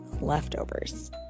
leftovers